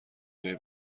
جای